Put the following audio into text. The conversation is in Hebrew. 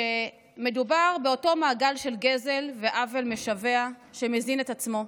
שמדובר באותו מעגל של גזל ועוול משווע שמזין את עצמו.